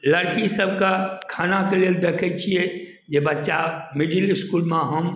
लड़की सभकऽ खाना कऽ लेल देखैत छियै जे बच्चा मिडिल इसकूलमे हम